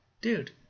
Dude